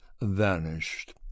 vanished